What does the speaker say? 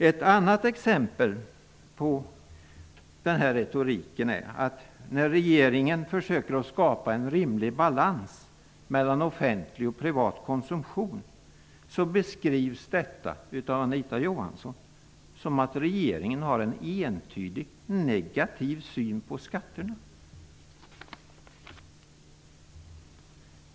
Ett annat exempel på den här retoriken är att när regeringen försöker skapa en rimlig balans mellan offentlig och privat konsumtion beskrivs detta av Anita Johansson som att regeringen har en entydigt negativ syn på skatterna.